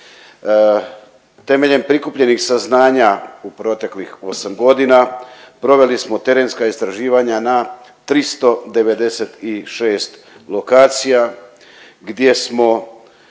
Temeljem prikupljenih saznanja u proteklih 8 godina proveli smo terenska istraživanja na 396 lokacija gdje smo